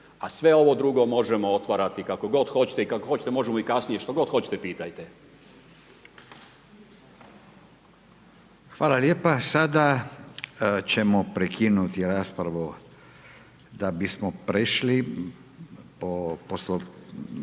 A sve ovo drugo možemo otvarati kako god hoćete i kako hoćete možemo i kasnije, što god hoćete pitajte. **Radin, Furio (Nezavisni)** Hvala lijepa. Sada ćemo prekinuti raspravu da bi smo prešli na osnovi